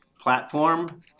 platform